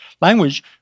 language